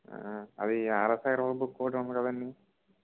అవి RSI book ఉంది కదండీ